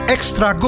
Extra